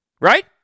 Right